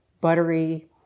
buttery